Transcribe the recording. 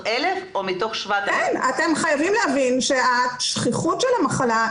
אתם חייבים להבין ששכיחות המחלה,